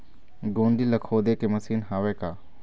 गोंदली ला खोदे के मशीन हावे का?